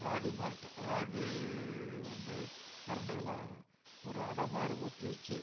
ragi malt ragi வந்து கரண்டியில் ஒரு அடை மாதிரி ஊற்றி வெச்சு